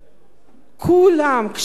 כולם קשישים אחרי גיל 65,